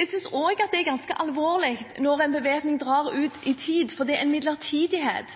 Jeg synes også det er ganske alvorlig når en bevæpning drar ut i tid, fordi en midlertidighet